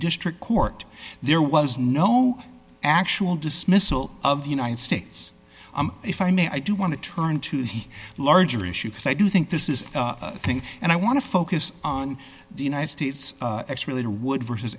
district court there was no actual dismissal of the united states if i may i do want to turn to the larger issue because i do think this is thing and i want to focus on the united states really would versus